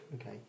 okay